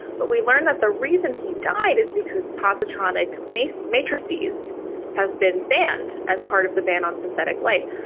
but we learned that the reason he died is because positronic makes matrices has been banned as part of the ban on synthetic life.